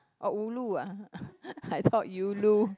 oh ulu ah I thought ulu